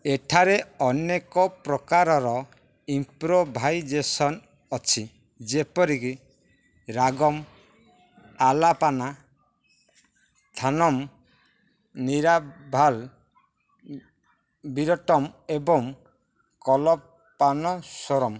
ଏ ଠାରେ ଅନେକ ପ୍ରକାରର ଇମ୍ପ୍ରୋଭାଇଜେସନ୍ ଅଛି ଯେପରିକି ରାଗମ୍ ଆଲାପାନା ଥାନମ୍ ନିରାଭାଲ୍ ବିରଟ୍ଟମ୍ ଏବଂ କଲପାନସ୍ୱରମ୍